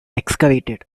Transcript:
excavated